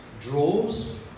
draws